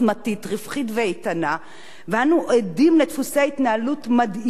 ואנו עדים לדפוסי התנהלות מדאיגים בכל מה שנוגע